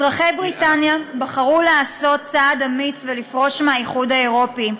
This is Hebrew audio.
אזרחי בריטניה בחרו לעשות צעד אמיץ ולפרוש מהאיחוד האירופי.